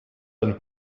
ein